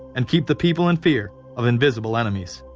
and keep the people in fear of invisible enemies.